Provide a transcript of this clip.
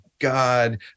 God